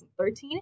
2013